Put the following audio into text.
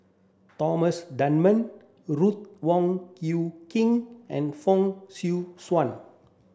Thomas Dunman Ruth Wong Hie King and Fong Swee Suan